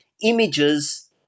images